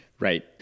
Right